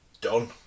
done